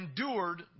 endured